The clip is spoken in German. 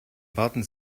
warten